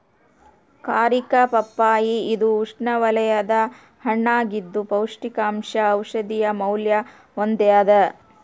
ಕಾರಿಕಾ ಪಪ್ಪಾಯಿ ಇದು ಉಷ್ಣವಲಯದ ಹಣ್ಣಾಗಿದ್ದು ಪೌಷ್ಟಿಕಾಂಶ ಔಷಧೀಯ ಮೌಲ್ಯ ಹೊಂದ್ಯಾದ